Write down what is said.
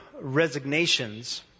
resignations